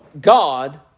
God